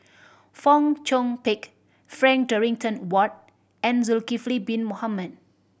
Fong Chong Pik Frank Dorrington Ward and Zulkifli Bin Mohamed